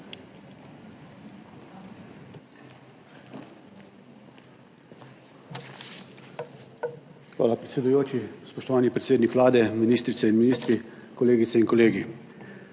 Hvala, predsedujoči. Spoštovani predsednik Vlade, ministrice in ministri, kolegice in kolegi!